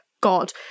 God